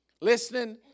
listening